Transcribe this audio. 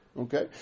Okay